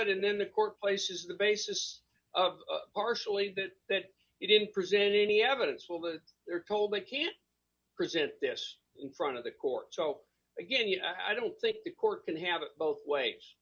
it and then the court places the basis of partially that that you didn't present any evidence will that they're told they can present this in front of the court so again you know i don't think the court can have it both ways